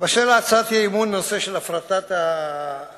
באשר להצעת האי-אמון בנושא של הפרטת המעברים,